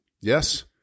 yes